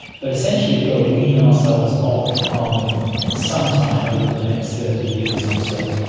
but essentially we've got to wean ourselves off carbon some time over the next thirty years or so,